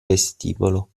vestibolo